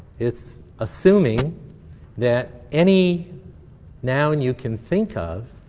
it's assuming that any noun you can think of